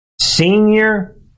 Senior